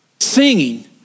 singing